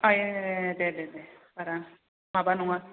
आय दे दे दे बारा माबा नङा